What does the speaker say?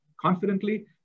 confidently